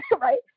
right